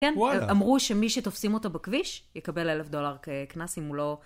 כן? אמרו שמי שתופסים אותו בכביש יקבל אלף דולר ככנס אם הוא לא...